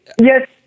yes